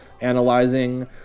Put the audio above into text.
analyzing